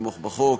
לתמוך בחוק,